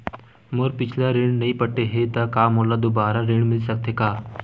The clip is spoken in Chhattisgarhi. मोर पिछला ऋण नइ पटे हे त का मोला दुबारा ऋण मिल सकथे का?